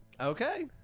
Okay